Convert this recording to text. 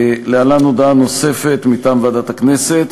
להלן הודעה נוספת מטעם ועדת הכנסת: